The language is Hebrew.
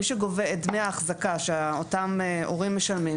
מי שקובע את דמי האחזקה שאותם הורים משלמים,